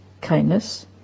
kindness